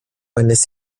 eines